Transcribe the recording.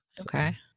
Okay